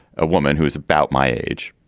a woman who is about my age.